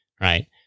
right